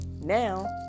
Now